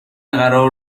قرار